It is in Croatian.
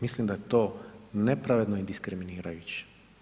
Mislim da je to nepravedno i diskriminirajuće.